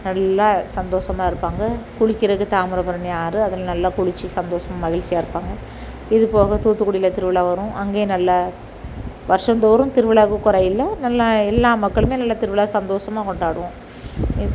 நல்லா சந்தோஷமாக இருப்பாங்க குளிக்கிறக்கு தாமபரணி ஆறு அதில் நல்லா குளிச்சு சந்தோஷமாக மகிழ்ச்சியா இருப்பாங்க இதுப்போக தூத்துக்குடில திருவிழா வரும் அங்கேயும் நல்லா வருஷம்தோறும் திருவிழாவுக்கு குறையில்ல நல்லா எல்லா மக்களுமே நல்லா திருவிழா சந்தோஷமாக கொண்டாடுவோம்